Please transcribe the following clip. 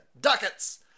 ducats